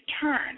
turn